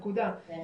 נקודה.